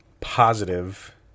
positive